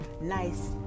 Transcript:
nice